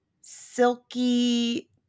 silky